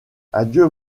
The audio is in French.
adieu